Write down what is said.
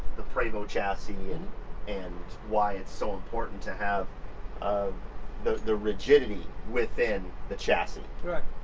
the prevost chassis and and why it's so important to have um the the rigidity within the chassis. correct.